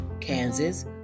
Kansas